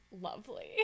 lovely